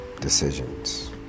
decisions